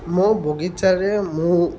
ମୋ ବଗିଚାରେ ମୁଁ